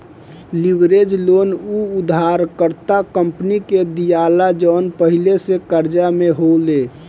leverage loan उ उधारकर्ता company के दीआला जवन पहिले से कर्जा में होले